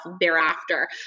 thereafter